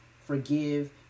forgive